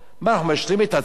מה, אנחנו משלים את עצמנו?